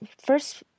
first